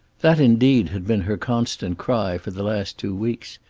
that, indeed, had been her constant cry for the last two weeks.